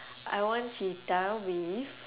I want cheetah with